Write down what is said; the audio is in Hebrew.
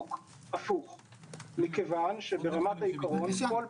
בדיוק בגלל שאת אמרת את זה ואת מבינה מאוד מאוד את כל המטריה,